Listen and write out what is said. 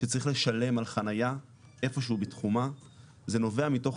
שצריך לשלם על חניה איפה שהוא בתחומה זה נובע מתוך